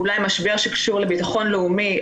הוא אולי משבר שקשור לביטחון לאומי,